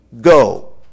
go